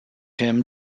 him